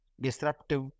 disruptive